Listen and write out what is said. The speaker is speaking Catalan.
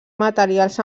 materials